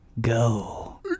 Go